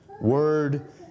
Word